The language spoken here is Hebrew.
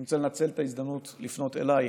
אני רוצה לנצל את ההזדמנות לפנות אלייך: